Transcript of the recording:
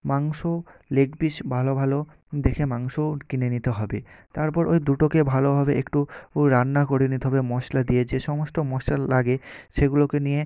মাংস leg piece ভালো ভালো দেখে মাংসও কিনে নিতে হবে তারপর ওই দুটোকে ভালোভাবে একটু রান্না করে নিতে হবে মশলা দিয়ে যে সমস্ত মশলা লাগে সেগুলোকে নিয়ে